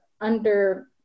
under-